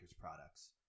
products